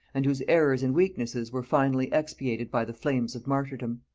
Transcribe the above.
and whose errors and weaknesses were finally expiated by the flames of martyrdom.